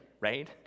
right